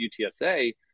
UTSA